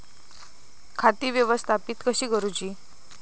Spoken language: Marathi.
खाती व्यवस्थापित कशी करूची?